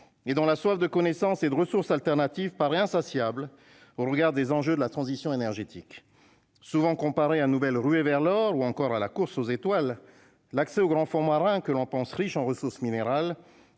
et dans la soif de connaissances et de ressources alternatives par insatiable au regard des enjeux de la transition énergétique souvent comparé à nouvelle ruée vers l'or ou encore à la course aux étoiles : l'accès aux grands fonds marins que l'on pense, riche en ressources minérales